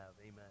Amen